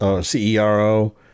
C-E-R-O